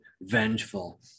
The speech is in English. vengeful